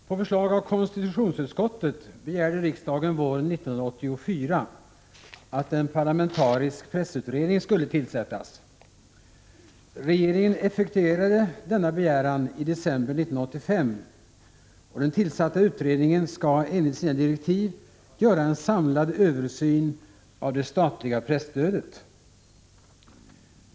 Herr talman! På förslag av konstitutionsutskottet begärde riksdagen våren 1984 att en parlamentarisk pressutredning skulle tillsättas. Regeringen effektuerade denna begäran i december 1985, och den tillsatta utredningen skall enligt sina direktiv göra en samlad översyn av det statliga presstödet.